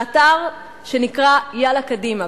מהאתר שנקרא "יאללה קדימה",